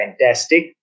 fantastic